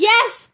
Yes